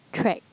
track